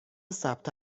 ثبت